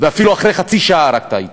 ואפילו טעית